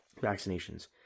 vaccinations